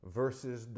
versus